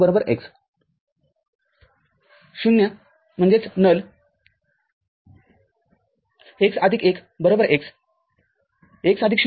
1 x शून्य x 1 1 x